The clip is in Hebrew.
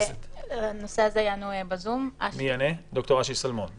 הנושא הזה יענה ד"ר אשי שלמון בזום.